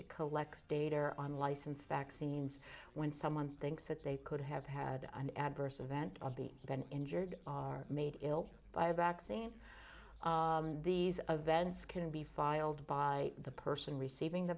it collects data on licensed vaccines when someone thinks that they could have had an adverse event of the been injured are made ill by vaccine these events can be filed by the person receiving the